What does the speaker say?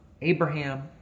Abraham